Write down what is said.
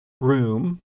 room